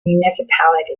municipality